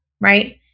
right